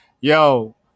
yo